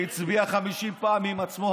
והצביע 50 פעם עם עצמו.